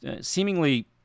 seemingly